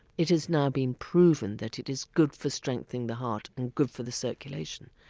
it is now being proven that it is good for strengthening the heart and good for the circulation.